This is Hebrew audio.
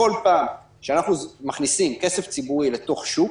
בכל פעם שאנחנו מכניסים כסף ציבורי לתוך שוק,